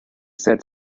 said